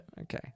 Okay